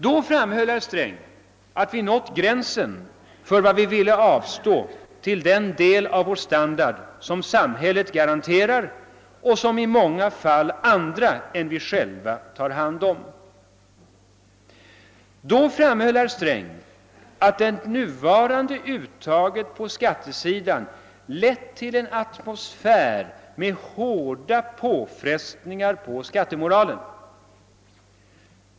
Då framhöll herr Sträng att vi nått gränsen för vad vi ville avstå till den del av vår standard som samhället garanterar och som i många fall andra än vi själva tar hand om. Då framhöll herr Sträng att det nuvarande uttaget på skattesidan lett till en atmosfär med hårda påfrestningar på skattemoralen.